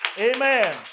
amen